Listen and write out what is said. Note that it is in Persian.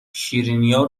شیرینیا